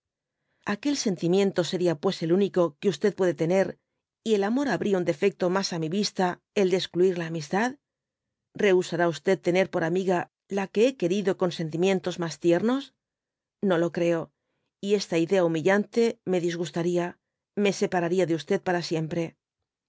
aqud sentimiento seria pues el único que puede tener y el amor habría un defecto mas á mi vista el de excluir la amistad rehusará tener por amiga la que ha querido con sentimientos mas tiernos no icrcreo y esta idea humillante me disgustaría me separaría de e para siempre